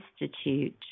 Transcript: Institute